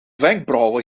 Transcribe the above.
wenkbrauwen